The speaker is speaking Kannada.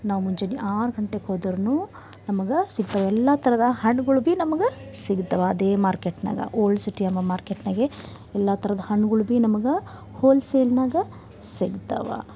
ನಾವು ಮುಂಜಾನೆ ಆರು ಗಂಟೆಗೆ ಹೋದರ್ನೂ ನಮ್ಗೆ ಸಿಗ್ತವೆ ಎಲ್ಲ ಥರದ ಹಣ್ಣುಗಳು ಭಿ ನಮಗೆ ಸಿಗ್ತಾವೆ ಅದೇ ಮಾರ್ಕೆಟ್ನಾಗ ಓಲ್ಡ್ ಸಿಟಿ ಅನ್ನೋ ಮಾರ್ಕೆಟ್ನಾಗೆ ಎಲ್ಲ ಥರದ ಹಣ್ಣುಗಳು ಭಿ ನಮಗೆ ಹೋಲ್ಸೇಲ್ನಾಗ ಸಿಗ್ತವೆ